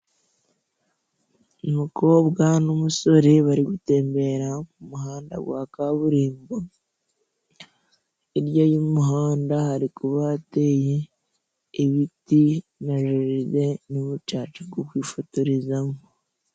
Umukobwa n'umusore bari gutembera mu muhanda wa kaburimbo. Hirya y'umuhanda hari kuba hateye ibiti na jaride n'umucaca wo kwifotorezamo.